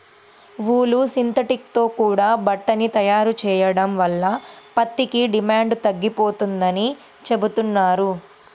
ఊలు, synthetic తో కూడా బట్టని తయారు చెయ్యడం వల్ల పత్తికి డిమాండు తగ్గిపోతందని చెబుతున్నారు